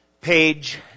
page